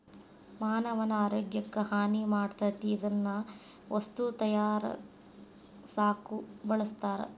ಮಾನವನ ಆರೋಗ್ಯಕ್ಕ ಹಾನಿ ಮಾಡತತಿ ಇದನ್ನ ವಸ್ತು ತಯಾರಸಾಕು ಬಳಸ್ತಾರ